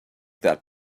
that